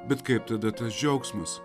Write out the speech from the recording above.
bet kaip tada tas džiaugsmas